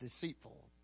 deceitful